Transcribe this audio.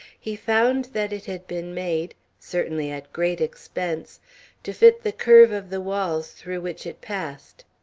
he found that it had been made certainly at great expense to fit the curve of the walls through which it passed.